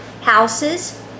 houses